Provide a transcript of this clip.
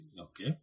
Okay